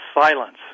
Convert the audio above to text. silence